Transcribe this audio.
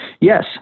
Yes